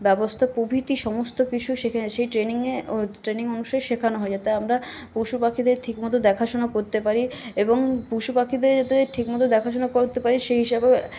ব্যবস্থা প্রভৃতি সমস্ত কিছু সেখানে সেই ট্রেনিংয়ে ট্রেনিং অনুষ্ঠানে শেখানো হয় যাতে আমরা পশু পাখিদের ঠিক মতো দেখাশোনা করতে পারি এবং পশুপাখিদের যাতে ঠিক মতো দেখা শোনা করতে পারি সেই হিসাবে